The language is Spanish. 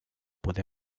puede